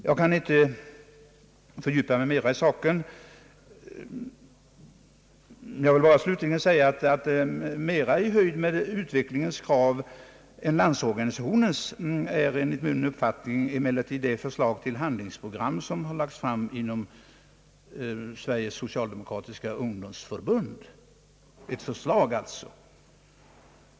Jag skall inte fördjupa mig mera i denna sak utan vill slutligen bara säga, att mera i nivå med utvecklingens krav än Landsorganisationens är enligt min uppfattning det förslag till handlingsprogram som lagts fram inom Sveriges socialdemokratiska ungdomsförbund. Det är alltså ett förslag till handlingsprogram.